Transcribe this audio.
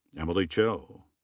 emily chou.